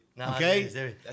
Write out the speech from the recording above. Okay